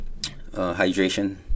hydration